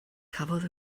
cafodd